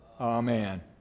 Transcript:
amen